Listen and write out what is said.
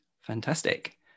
Fantastic